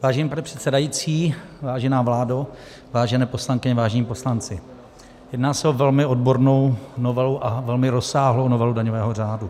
Vážený pane předsedající, vážená vládo, vážené poslankyně, vážení poslanci, jedná se o velmi odbornou novelu a velmi rozsáhlou novelu daňového řádu.